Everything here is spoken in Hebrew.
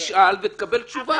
תשאל ותקבל תשובה.